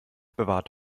bewahrt